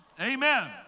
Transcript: Amen